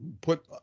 put